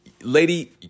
lady